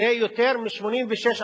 זה יותר מ-86%.